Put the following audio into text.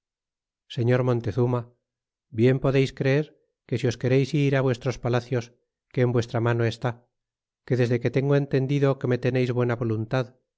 señor montezuma bien podeis creer que si os quereis ir vuestros palacios que en vuestra mano est que desde que tengo entendido que me teneis buena voluntad